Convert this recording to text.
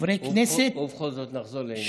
חברי כנסת, ובכל זאת, נחזור לענייננו.